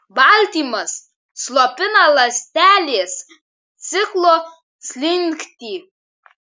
baltymas slopina ląstelės ciklo slinktį